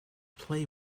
play